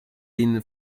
been